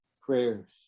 prayers